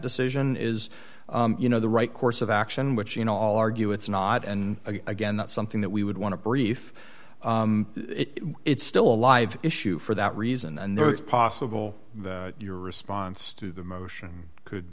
decision is you know the right course of action which you know all argue it's not and again that's something that we would want to brief it it's still a live issue for that reason and that it's possible that your response to the motion could